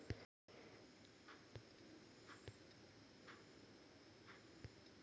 KYC कागदपत्रा online जोडू शकतू का?